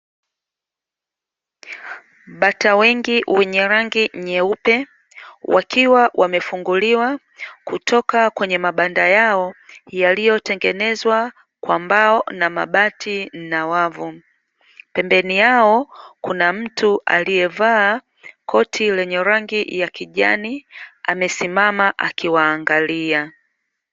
Bata wengi wenye rangi nyeupe wakiwa wamefunguliwa kutoka kwenye mabanda yao yaliyotengenezwa kwa mbao na mabati na nyavu koti la rangi ya kijani akisimama anawaangalia.